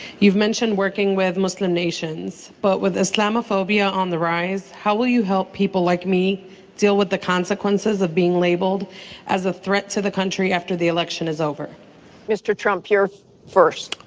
you've mentioned working with muslim nations. but with islamophobia on the rise, how will you help people like me deal with the consequences of being labelled as a threat to the country after the election is over? raddatz mr. trump, you're first.